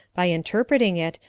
by interpreting it,